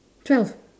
twelve